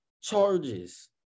charges